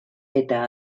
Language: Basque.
eta